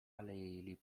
alei